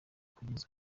kugeza